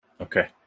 Okay